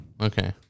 okay